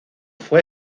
fue